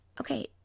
Okay